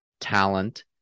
talent